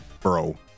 bro